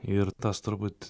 ir tas turbūt